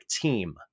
team